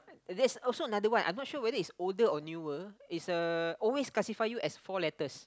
there's also another one I not sure whether it's older or newer it's a always classify you as four letters